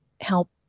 help